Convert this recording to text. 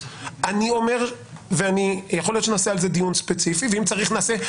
אני אומר ויכול להיות שנעשה על זה דיון ספציפי ואם צריך נעשה,